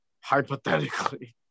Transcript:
hypothetically